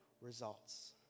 results